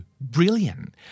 brilliant